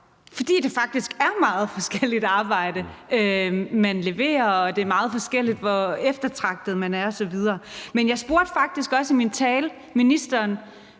fordi det faktisk er meget forskelligt arbejde, man leverer, og det er meget forskelligt, hvor eftertragtet man er osv. Men jeg spurgte faktisk også i min tale ministeren